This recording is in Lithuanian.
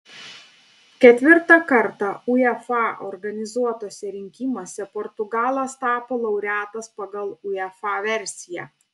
ketvirtą kartą uefa organizuotuose rinkimuose portugalas tapo laureatas pagal uefa versiją